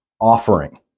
offering